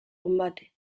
combate